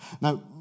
Now